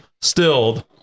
stilled